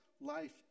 Life